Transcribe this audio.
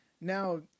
now